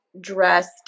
dressed